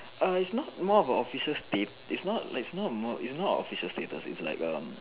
err it's not more of a official status it's not it's not more it's not a official status it's like um